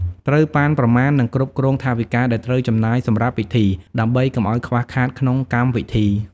ត្រូវប៉ាន់ប្រមាណ និងគ្រប់គ្រងថវិកាដែលត្រូវចំណាយសម្រាប់ពិធី ដើម្បីកុំអោយខ្វះខាតក្នុងកម្មវិធី។